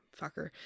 fucker